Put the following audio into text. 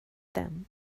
them